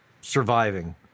surviving